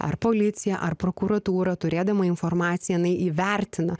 ar policija ar prokuratūra turėdama informaciją jinai įvertina